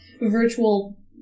virtual